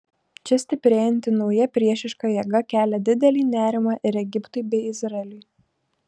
čia stiprėjanti nauja priešiška jėga kelia didelį nerimą ir egiptui bei izraeliui